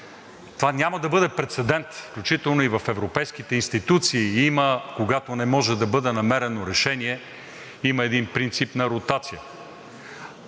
това няма да бъде прецедент, включително и в европейските институции. Когато не може да бъде намерено решение, има един принцип на ротация.